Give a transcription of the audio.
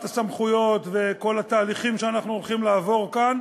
הסמכויות וכל התהליכים שאנחנו הולכים לעבור כאן.